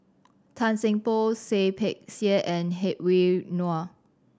Tan Seng Poh Seah Peck Seah and Hedwig Anuar